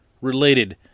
related